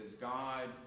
God